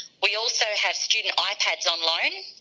we also have student ah ipads on loan,